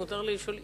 אם מותר לי לשאול,